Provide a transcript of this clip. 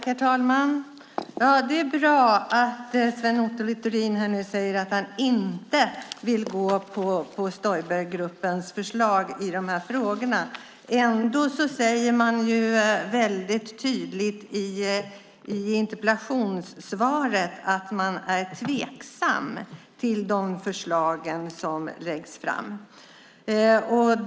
Herr talman! Det är bra att Sven Otto Littorin nu säger att han inte vill gå på Stoibergruppens förslag i de här frågorna. Ändå säger han väldigt tydligt i interpellationssvaret att han är tveksam till de förslag som läggs fram.